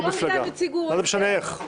מה זה משנה איך?